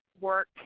work